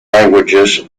languages